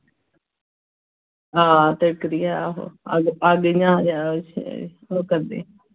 आं तिड़कदियां ओह् अग्ग इंया ओह् करदे